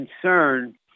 concern